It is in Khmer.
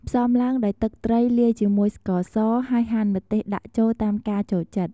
ផ្សំឡើងដោយ ទឹកត្រីលាយជាមួយស្ករស ហើយហាន់ម្ទេសដាក់ចូលតាមការចូលចិត្ត។